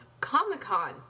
Comic-Con